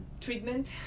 treatment